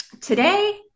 today